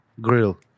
Grill